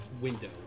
window